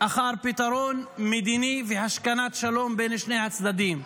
אחר פתרון מדיני והשכנת שלום בין שני הצדדים.